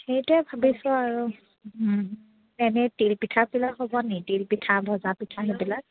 সেইটোৱে ভাবিছোঁ আৰু এনেই তিল পিঠাবিলাক হ'বনি তিলপিঠা ভজা পিঠা সেইবিলাক